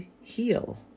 heal